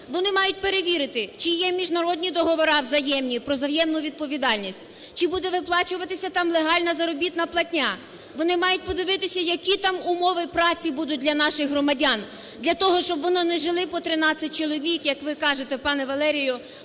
Вони мають перевірити чи є міжнародні договори взаємні про взаємну відповідальність, чи буде виплачуватися там легальна заробітна платня. Вони мають подивитися, як там умови праці будуть для наших громадян для того, щоб вони не жили по 13 чоловік, як ви кажете, пане Валерію,